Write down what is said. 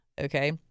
Okay